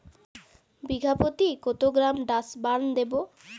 বিঘাপ্রতি কত gram Dursban দেবো?